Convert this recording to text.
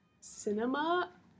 cinema